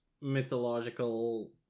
mythological